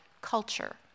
culture